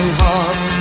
heart